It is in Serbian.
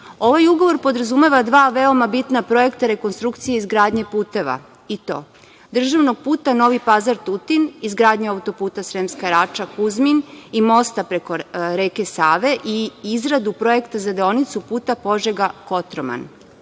ugovor podrazumeva dva veoma bitna projekta rekonstrukcije i izgradnje puteva, i to: državnog puta Novi Pazar-Tutin, izgradnja auto-puta Sremska Rača - Kuzmin i mosta preko reke Save i izradu projekta za deonicu puta Požega-Kotroman. Upravo